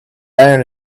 iron